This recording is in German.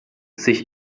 sich